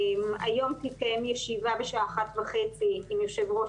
היום תתקיים ישיבה בשעה 13:30 עם יושב-ראש